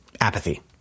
apathy